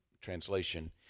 translation